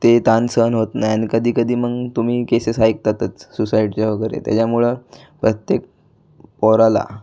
ते ताण सहन होत नाही आणि कधीकधी मग तुम्ही केसेस ऐकतातच सुसाइडच्या वगैरे त्याच्यामुळं प्रत्येक पोराला